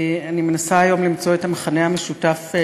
אני מנסה היום למצוא את המכנה המשותף של